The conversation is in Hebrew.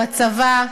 בצבא,